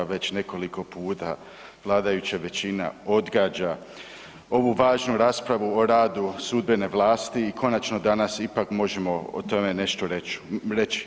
Već nekoliko puta vladajuća većina odgađa ovu važnu raspravu o radu sudbene vlasti i konačno danas ipak možemo o tome nešto reći.